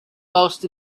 most